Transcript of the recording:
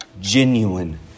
genuine